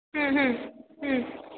হুম হুম হুম